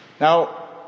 Now